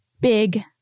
big